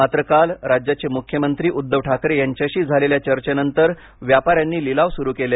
मात्र काल राज्याचे मुख्यमंत्री उद्दव ठाकरे यांच्याशी झालेल्या चर्चेनंतर व्यापाऱ्यांनी लिलाव सुरू केले